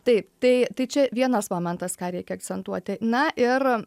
taip tai tai čia vienas momentas ką reikia akcentuoti na ir